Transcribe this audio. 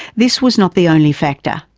this was not the only factor.